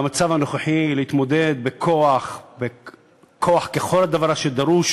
במצב הנוכחי, להתמודד בכוח, בכוח, ככל שהדבר דרוש